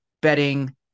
betting